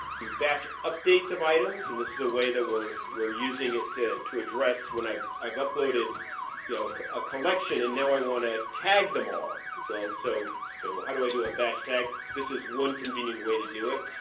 to batch update some items, and this is the way that we're we're using it to to address when i've i've uploaded a collection and now i want to tag them all. well, so how do i do a batch tag? this is one convenient way to do it.